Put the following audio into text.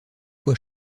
fois